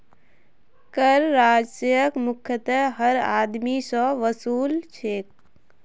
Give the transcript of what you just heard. कर राजस्वक मुख्यतयः हर आदमी स वसू ल छेक